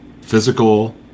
physical